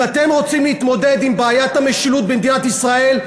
אם אתם רוצים להתמודד עם בעיית המשילות במדינת ישראל,